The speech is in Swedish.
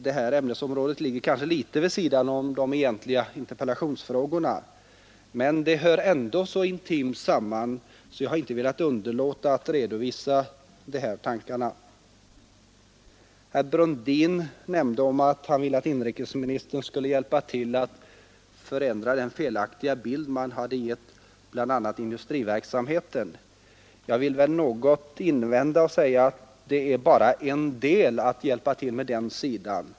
Det här ämnesområdet ligger kanske litet vid sidan om de egentliga interpellationsfrågorna, men det hör ändå så intimt samman med dem att jag inte velat underlåta att redovisa de här tankarna. Herr Brundin ville att inrikesministern skulle hjälpa till att förändra den felaktiga bild man hade gett av bl.a. industriverksamheten. Jag vill invända något mot det och säga att det är bara en del att hjälpa till med den sidan.